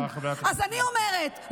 אז אני אומרת,